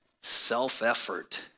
self-effort